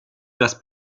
das